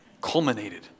Culminated